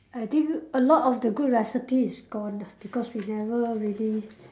I think a lot of the good recipes is gone because we never really